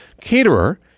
caterer